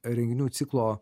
renginių ciklo